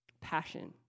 Passion